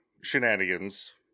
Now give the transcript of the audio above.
shenanigans